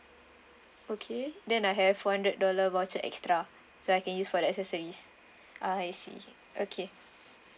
okay then I have four hundred dollar voucher extra so I can use for the accessories ah I see okay